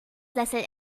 sessel